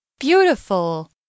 Beautiful